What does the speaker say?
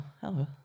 hello